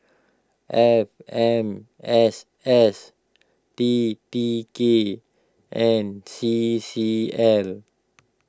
F M S S T T K and C C L